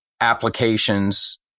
applications